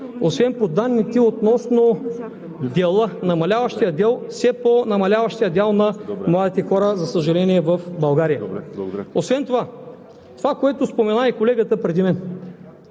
освен по данните относно намаляващия дял – все по намаляващия дял на младите хора, за съжаление, в България. Освен това, това, което спомена и колегата преди мен,